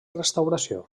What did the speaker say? restauració